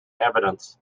evidence